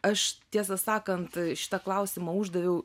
aš tiesą sakant šitą klausimą uždaviau